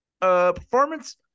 performance